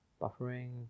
buffering